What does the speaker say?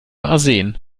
arsen